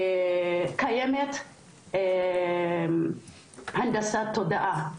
קיימת הנדסת תודעה.